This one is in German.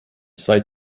zwei